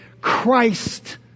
Christ